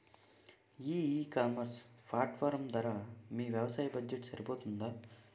ఈ ecommerce platform ధర మీ వ్యవసాయ బడ్జెట్ సరిపోతుందా?